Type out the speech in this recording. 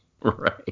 Right